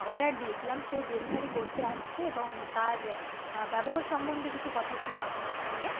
order দিয়েছিলাম সে delivery করতে আসছে এবং তার ব্যবহার সম্বন্ধে কিছু কথা ছিল আপনার সঙ্গে